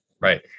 right